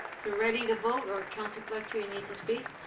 so ready to vote or councillor fletcher you need to speak?